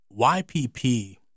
YPP